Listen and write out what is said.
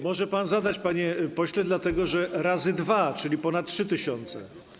Może pan zadać, panie pośle, dlatego że razy dwa, czyli ponad 3 tys.